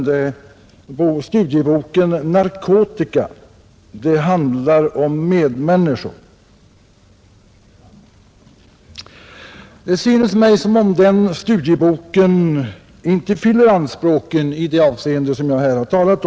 Det är studieboken ”Narkotika — det handlar om medmänniskor”. Det synes mig som om denna studiebok inte fyller anspråken i detta avseende.